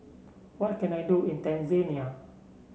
what can I do in Tanzania